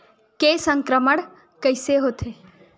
के संक्रमण कइसे होथे?